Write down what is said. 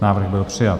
Návrh byl přijat.